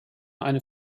eine